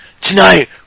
Tonight